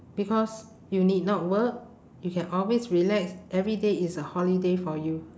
because you need not work you can always relax every day is a holiday for you